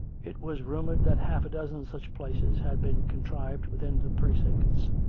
it was rumored that half a dozen such places had been contrived within the precincts',